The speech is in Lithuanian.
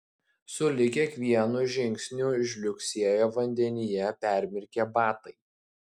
sulig kiekvienu žingsniu žliugsėjo vandenyje permirkę batai